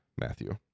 Matthew